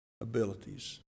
abilities